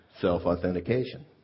self-authentication